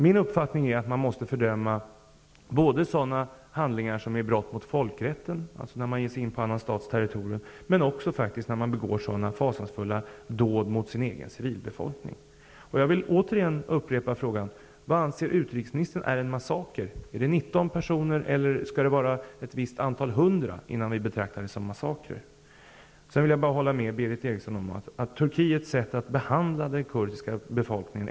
Min uppfattning är att vi måste fördöma både sådana handlingar som utgör brott mot folkrätten, alltså när man ger sig in på annan stats territorium, men också när en regim begår sådana fasansfulla dåd mot sin egen civilbefolkning. Jag vill återigen upprepa frågan: Vad anser utrikesministern är en massaker? Är det när 19 personer dödas, eller skall det vara något visst hundratal, innan vi betraktar det som en massaker? Sedan vill jag bara hålla med Berith Eriksson i fråga om Turkiets sätt att behandla den kurdiska befolkningen.